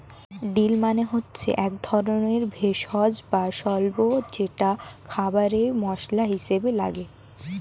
deal মানে হচ্ছে একধরনের ভেষজ বা স্বল্পা যেটা খাবারে মসলা হিসেবে লাগে